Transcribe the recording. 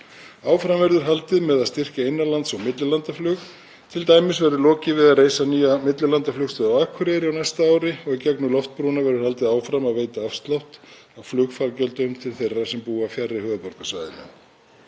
Áfram verður haldið með að styrkja innanlands- og millilandaflug. Til dæmis verður lokið við að reisa nýja millilandaflugstöð á Akureyri á næsta ári og í gegnum Loftbrúna verður haldið áfram að veita afslátt af flugfargjöldum til þeirra sem búa fjarri höfuðborgarsvæðinu.